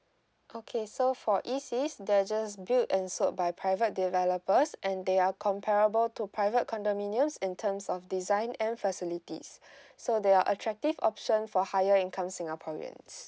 okay so for E_Cs they are just build and sold by private developers and they are comparable to private condominiums in terms of design and facilities so they are attractive options for higher income singaporeans